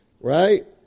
right